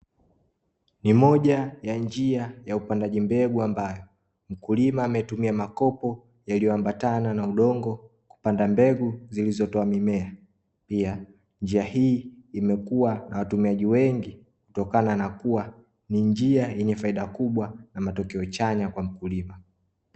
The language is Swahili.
Ni moja ya njia ya upandaji mbegu ambayo mkulima ametumia makopo yaliyoambatana na udongo kupanda mbegu zilizotoa mimea pia njia hii imekuwa na watumiaji wengi kutokana na kuwa ni njia yenye faida kubwa na matokeo chanya kwa mkulima .